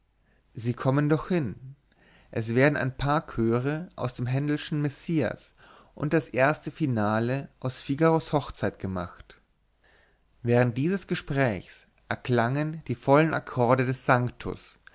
sie kommen doch hin es werden ein paar chöre aus dem händelschen messias und das erste finale aus figaros hochzeit gemacht während dieses gesprächs erklangen die vollen akkorde des